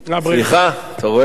אתה רואה?